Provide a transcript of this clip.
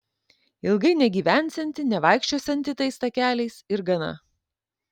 ilgai negyvensianti nevaikščiosianti tais takeliais ir gana